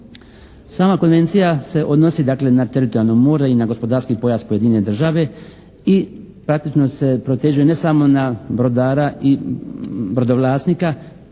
Sama konvencija se odnosi dakle na teritorijalno more i na gospodarski pojas pojedine države i praktično se proteže ne samo na brodara i brodovlasnika